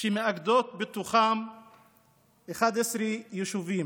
שמאגדות בתוכן 11 יישובים,